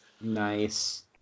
Nice